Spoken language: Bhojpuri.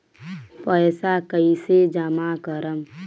पैसा कईसे जामा करम?